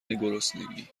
گرسنگی